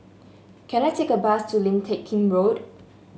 can I take a bus to Lim Teck Kim Road